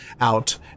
out